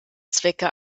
zwecke